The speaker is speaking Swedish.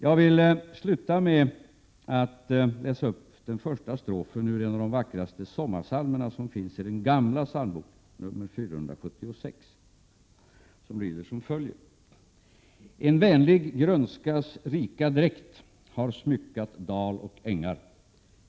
Jag vill avsluta med att läsa upp den första strofen ur en av de vackraste sommarpsalmer som finns i den gamla psalmboken, nr 476, som lyder som följer: En vänlig grönskas rika dräkt har smyckat dal och ängar.